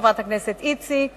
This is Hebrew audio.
חברת הכנסת איציק,